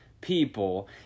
people